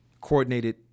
coordinated